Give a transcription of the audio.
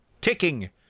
ticking